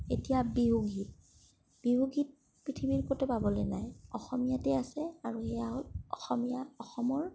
এতিয়া বিহুগীত বিহুগীত পৃথিৱীৰ ক'তো পাবলৈ নাই অসমীয়াতে আছে আৰু এয়া হ'ল অসমীয়া অসমৰ